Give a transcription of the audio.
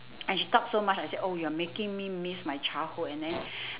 and she talk so much I said oh you're making me miss my childhood and then